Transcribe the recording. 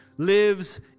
lives